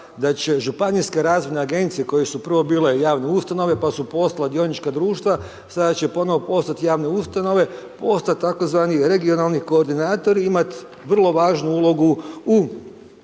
da će županijske razvojne agencije koje su prvo bile javne ustanove, pa su postala dionička društva, sada će ponovo postati javne ustanove, postoji tzv. regionalni koordinatori imati vrlo važnu ulogu u